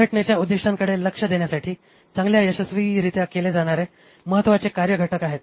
संघटनेच्या उद्दीष्टांकडे लक्ष देण्यासाठी चांगल्या यशस्वीरित्या केले जाणारे महत्त्वाचे कार्य घटक आहेत